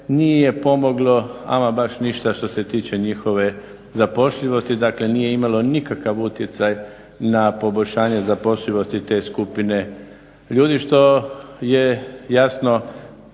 nije pomoglo ama baš ništa što se tiče njihove zapošljivosti, dakle nije imalo nikakav utjecaj na poboljšanje zapošljivosti te skupine ljudi. Što je jasno